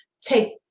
take